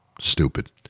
stupid